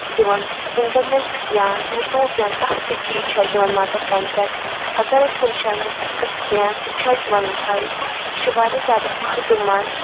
اسہ چھ دِوان اِنٹرنیٚٹ یا یوٗٹیوب یا کانٛہہ تہِ چیٖز چھ اَسہِ دِوان مَدَد تمہ پیٚٹھٕ اگر اسہ کُنہِ جایہِ سہ تہِ چھ اَسہِ دِوان یُہے چھُ واریاہ زیادٕ فٔہدٕ منٛد